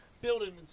Building